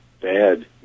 bad